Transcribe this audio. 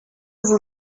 vous